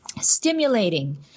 stimulating